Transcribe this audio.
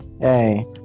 Hey